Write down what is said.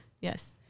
Yes